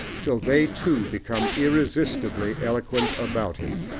till they too become irresistibly eloquent about him.